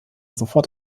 sofort